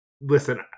listen